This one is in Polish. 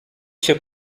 się